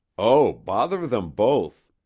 o bother them both!